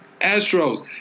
Astros